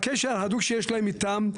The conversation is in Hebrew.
בקשר ההדוק שיש להם איתם,